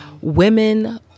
Women